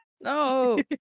No